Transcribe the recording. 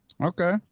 Okay